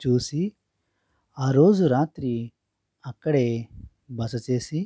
చూసి ఆరోజు రాత్రి అక్కడే బస చేసి